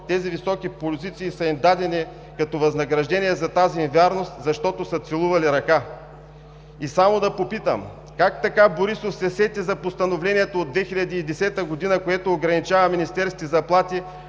тези високи позиции са им дадени като възнаграждение за тази им вярност; защото са целували ръка. Само да попитам: как така Борисов се сети за постановлението от 2010 г., което ограничава министерските заплати,